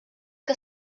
que